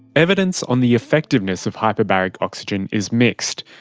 evidence on the effectiveness of hyperbaric oxygen is mixed.